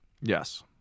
Yes